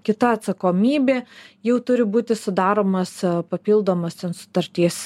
kita atsakomybė jau turi būti sudaromas papildomos ten sutarties